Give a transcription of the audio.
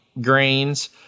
grains